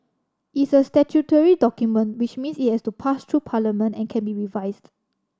it is a statutory document which means it has to pass through Parliament and can be revised